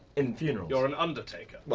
in funerals. you're an undertaker? but